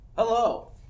Hello